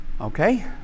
Okay